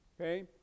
okay